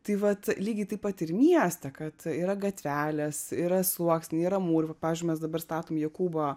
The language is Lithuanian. tai vat lygiai taip pat ir miestą kad yra gatvelės yra sluoksniai yra mūrai va pavyzdžiui mes dabar statom jokūbo